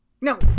no